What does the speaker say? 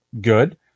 good